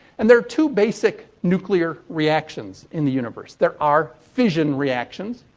and they're two basic nuclear reactions in the universe. there are fission reactions,